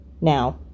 now